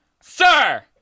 sir